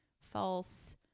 false